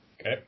Okay